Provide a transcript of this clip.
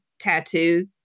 tattoo